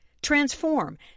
Transform